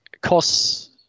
costs –